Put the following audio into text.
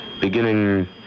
Beginning